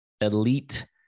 elite